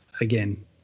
Again